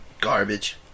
garbage